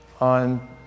on